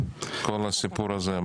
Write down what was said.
כל הסיפור הזה?